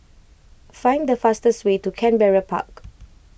find the fastest way to Canberra Park